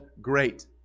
great